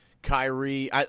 Kyrie